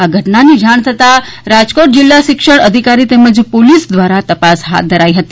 આ ઘટનાની જાણ થતા રાજકોટ જિલ્લા શિક્ષણ અધિકારી તેમજ પોલીસ દ્વારા તપાસ હાથ ધરાઇ હતી